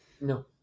No